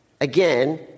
again